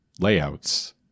layouts